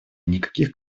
никаких